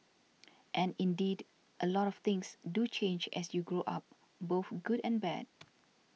and indeed a lot of things do change as you grow up both good and bad